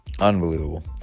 Unbelievable